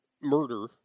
murder